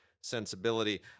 sensibility